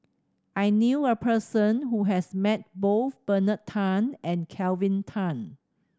I knew a person who has met both Bernard Tan and Kelvin Tan